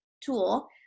tool